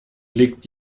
liegt